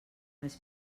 més